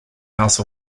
house